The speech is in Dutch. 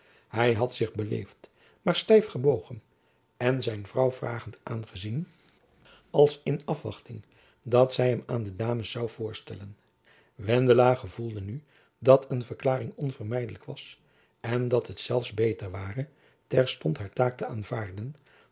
hy had zich beleefd maar stijf gebogen en zijn vrouw vragend aangezien als in afwachting dat zy hem aan de dames zoû voorstellen wendela gevoelde nu dat een verklaring onvermijdelijk was en dat het zelfs beter ware terstond haar taak te aanvaarden